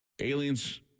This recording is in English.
Aliens